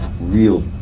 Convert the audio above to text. real